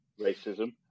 racism